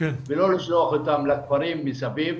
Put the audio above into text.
ולא לשלוח אותם לכפרים מסביב.